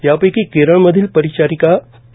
यापैकी केरळमधील परिचारीका पी